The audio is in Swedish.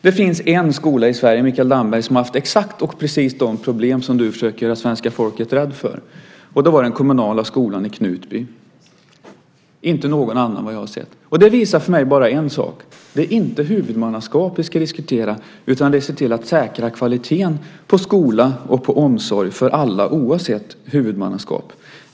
Det finns en skola i Sverige, Mikael Damberg, som har haft exakt och precis de problem som du försöker göra svenska folket rädd för, och det var den kommunala skolan i Knutby - inte någon annan, vad jag har sett. Det visar för mig bara en sak: Det är inte huvudmannaskap vi ska diskutera, utan det är att se till att säkra kvaliteten på skola och på omsorg för alla, oavsett huvudmannaskap.